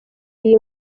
iyi